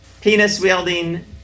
Penis-wielding